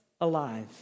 alive